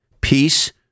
Peace